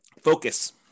Focus